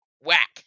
whack